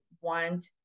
want